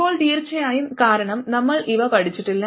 ഇപ്പോൾ തീർച്ചയായും കാരണം നമ്മൾ ഇവ പഠിച്ചിട്ടില്ല